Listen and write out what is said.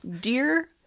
Dear